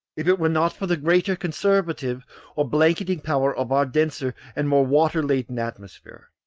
if it were not for the greater conservative or blanketing power of our denser and more water-laden atmosphere.